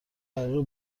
قراره